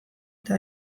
eta